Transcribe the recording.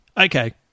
Okay